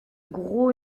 gros